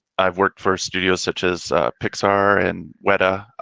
i've worked for studios such as pixar and weta,